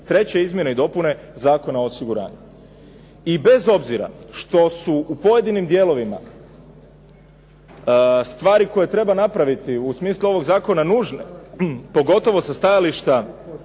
treće izmjene i dopune Zakona o osiguranju. I bez obzira što su u pojedinim dijelovima stvari koje treba napraviti u smislu ovog zakona nužne, pogotovo sa stajališta